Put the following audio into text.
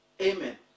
Amen